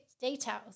details